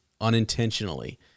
unintentionally